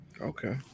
Okay